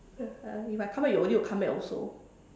if I come back you will need to come back also